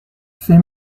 ces